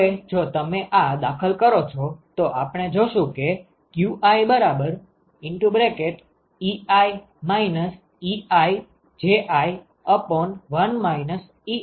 હવે જો તમે આ દાખલ કરો છો તો આપણે જોશું કે qiEi iJi1 iAi બરાબર